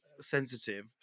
sensitive